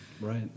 Right